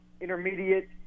intermediate